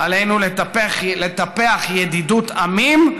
"עלינו לטפח ידידות עמים,